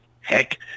heck